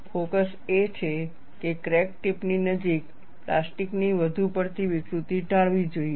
focus એ છે કે ક્રેક ટીપ ની નજીક પ્લાસ્ટિકની વધુ પડતી વિકૃતિ ટાળવી જોઈએ